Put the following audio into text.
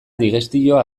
digestio